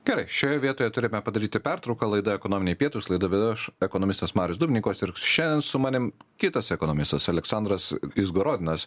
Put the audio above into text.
gerai šioje vietoje turime padaryti pertrauką laida ekonominiai pietūs laidą vedu aš ekonomistas marius dubnikovas ir šiandien su manim kitas ekonomistas aleksandras izgorodinas